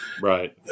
Right